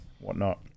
whatnot